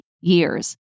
years